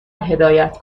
هدایت